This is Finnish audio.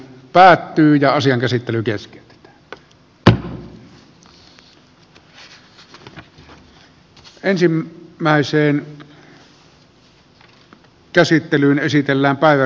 yleiskeskustelu ja asian käsittely keskeytetään